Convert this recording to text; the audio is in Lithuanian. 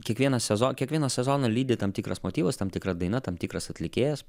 kiekvieną sezo kiekvieną sezoną lydi tam tikras motyvas tam tikra daina tam tikras atlikėjas